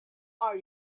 are